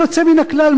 בלי יוצא מן הכלל,